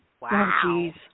Wow